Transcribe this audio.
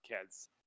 kids